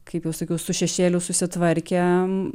kaip jau sakiau su šešėliu susitvarkėm